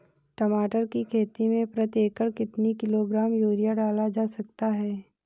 टमाटर की खेती में प्रति एकड़ कितनी किलो ग्राम यूरिया डाला जा सकता है?